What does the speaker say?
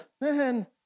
man